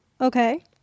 Okay